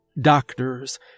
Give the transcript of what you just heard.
doctors